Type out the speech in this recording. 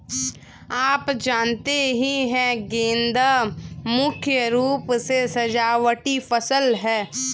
आप जानते ही है गेंदा मुख्य रूप से सजावटी फसल है